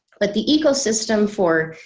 but the ecosystem for